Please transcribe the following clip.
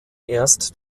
erst